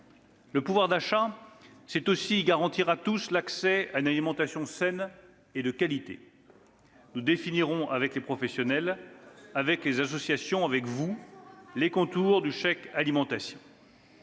Le pouvoir d'achat, c'est aussi garantir à tous l'accès à une alimentation saine et de qualité. Nous définirons avec les professionnels, avec les associations, avec vous, les contours du chèque alimentation.